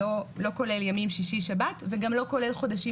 לא כולל ימים שישי שבת וגם לא כולל חודשים